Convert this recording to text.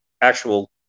actual